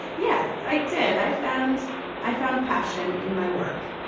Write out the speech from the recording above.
yes, i did. i found i found passion in my work.